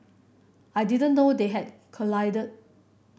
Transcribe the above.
I didn't know they had collided